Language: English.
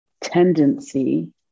tendency